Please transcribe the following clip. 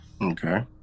Okay